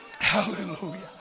Hallelujah